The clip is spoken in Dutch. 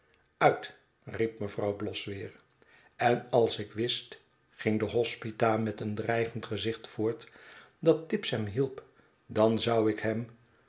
uiti riep mevrouw bloss weer en als ik wist ging de hospita met een dreigend gezicht voort dat tibbs hem hielp dan zou ik hem